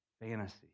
Fantasy